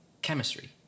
chemistry